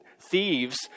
thieves